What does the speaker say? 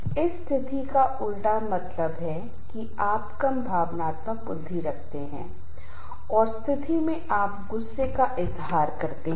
तनाव और तनाव के लिए आवश्यक है हमारे लिए अच्छा है और सर्वोत्तम प्रदर्शन को प्राप्त करने और मामूली संकट के प्रबंधन के लिए एक व्यक्ति की संपत्ति है जिसे ईयू तनाव कहा जाता है